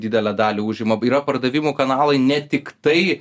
didelę dalį užima yra pardavimų kanalai ne tik tai